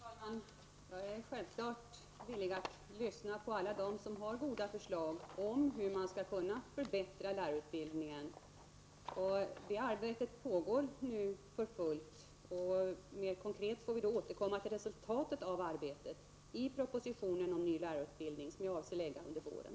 Herr talman! Jag är självfallet villig att lyssna på alla dem som har goda förslag om hur man skall kunna förbättra lärarutbildningen. Detta arbete pågår nu för fullt. Mer konkret får vi återkomma till resultatet av detta arbete i propositionen om ny lärarutbildning, som jag avser att lägga fram under våren.